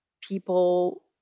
people